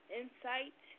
insight